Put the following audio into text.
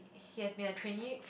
he has been a trainee